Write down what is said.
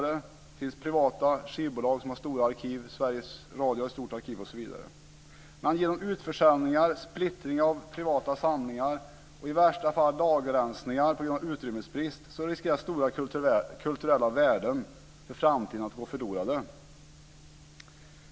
Det finns privata skivbolag som har stora arkiv. Sveriges Radio har ett stort arkiv osv. Men genom utförsäljningar, splittring av privata samlingar och, i värsta fall, lagerrensningar på grund av utrymmesbrist riskerar stora kulturella värden för framtiden att gå förlorade.